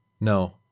No